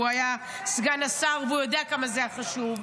הוא היה סגן השר והוא יודע כמה זה היה חשוב.